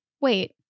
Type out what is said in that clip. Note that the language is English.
Wait